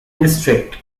district